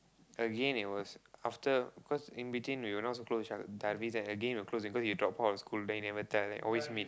again it was after cause in between we were not so close each other Darvis and again we were close because he dropped out of school then he never tell then always meet